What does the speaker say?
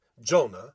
Jonah